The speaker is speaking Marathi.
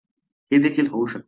हे देखील होऊ शकते